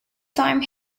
time